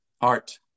Art